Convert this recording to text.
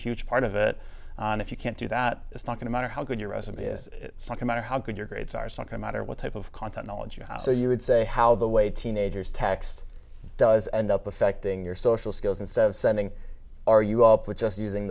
huge part of it and if you can't do that it's not going to matter how good your resume is it's not a matter how good your grades are is not going matter what type of content knowledge you have so you would say how the way teenagers text does end up affecting your social skills instead of sending are you up with just using